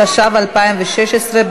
התשע"ו 2016,